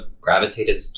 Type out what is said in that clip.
gravitated